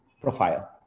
profile